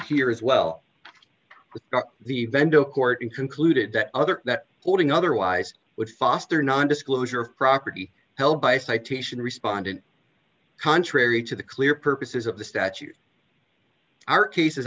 here as well with the vento court and concluded that other that holding otherwise would foster non disclosure of property held by citation respondent contrary to the clear purposes of the statute are cases